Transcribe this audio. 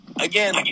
Again